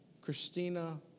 Christina